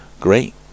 great